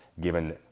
given